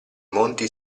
monti